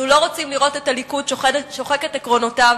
אנחנו לא רוצים לראות את הליכוד שוחק את עקרונותיו,